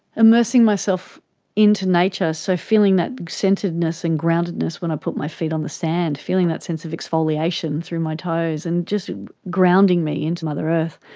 immersing myself into nature, so feeling that centeredness and groundedness when i put my feet on the sand, feeling that sense of exfoliation through my toes, and just grounding me into mother earth.